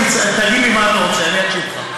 תגיד לי מה אתה רוצה, אני אקשיב לך.